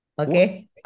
Okay